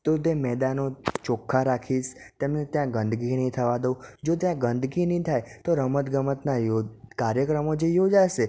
તો તે મેદાનો ચોખ્ખા રાખીશ તેમને ત્યાં ગંદકી નહીં થવા દઉં જો ત્યાં ગંદકી નહીં થાય તો રમતગમતના કાર્યક્રમો છે એ યોજાશે